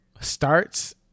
starts